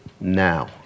now